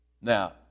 Now